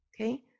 okay